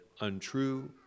untrue